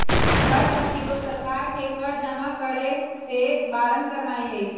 कर प्रतिरोध सरकार के कर जमा करेसे बारन करनाइ हइ